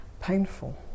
painful